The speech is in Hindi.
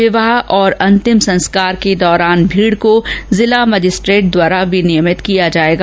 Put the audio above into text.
विवाह और अंतिम संस्कार के दौरान भीड को जिला मजिस्ट्रेट द्वारा विनियमित किया जाएगा